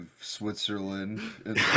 Switzerland